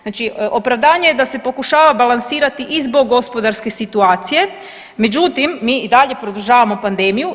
Znači opravdanje je da se pokuša balansirati i zbog gospodarske situacije, međutim mi i dalje produžavamo pandemiju.